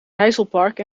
heizelpark